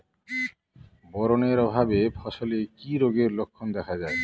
Boron এর অভাবে ফসলে কি রোগের লক্ষণ দেখা যায়?